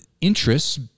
interests